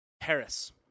Harris